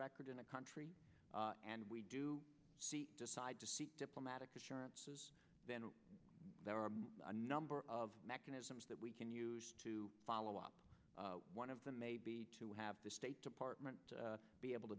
record in a country and we do decide to seek diplomatic assurances then there are a number of mechanisms that we can use to follow up one of them may be to have the state department be able to